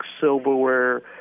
silverware